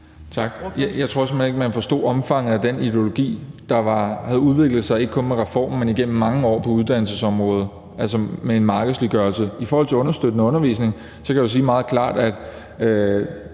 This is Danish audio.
Tak. Jeg tror simpelt hen ikke, man forstod omfanget af den ideologi om markedsliggørelse, der havde udviklet sig, ikke kun med reformen, men igennem mange år på uddannelsesområdet. I forhold til den understøttende undervisning kan jeg jo sige meget klart, at